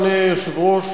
אדוני היושב-ראש,